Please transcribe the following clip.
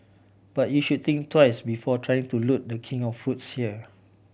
but you should think twice before trying to loot The King of fruits here